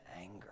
anger